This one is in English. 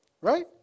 Right